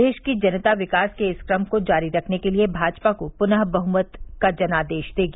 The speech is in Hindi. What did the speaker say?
देश की जनता विकास के इस क्रम को जारी रखने के लिये भाजपा को पुनः बहुमत का जनादेश देगी